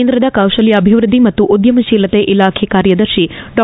ಕೇಂದ್ರದ ಕೌಶಲ್ಯ ಅಭಿವೃದ್ದಿ ಮತ್ತು ಉದ್ದಮಶೀಲತೆ ಇಲಾಖೆ ಕಾರ್ಯದರ್ತಿ ಡಾ